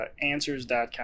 answers.com